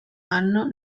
anno